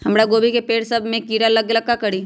हमरा गोभी के पेड़ सब में किरा लग गेल का करी?